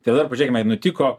tai dabar pažiūrėkime nutiko